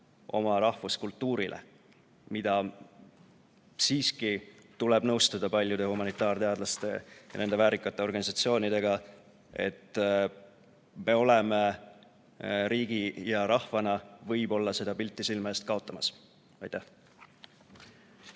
oma rahvuskultuurile sügava väärtuse. Siiski tuleb nõustuda paljude humanitaarteadlaste ja nende väärikate organisatsioonidega, et me oleme riigi ja rahvana võib-olla seda pilti silme eest kaotamas. Aitäh!